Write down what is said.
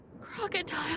Crocodile